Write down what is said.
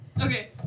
Okay